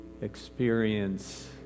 experience